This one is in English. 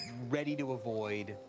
ready to avoid,